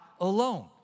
alone